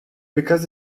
because